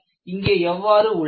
ஆனால் இங்கே எவ்வாறு உள்ளது